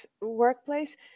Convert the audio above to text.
workplace